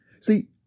See